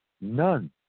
none